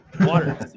water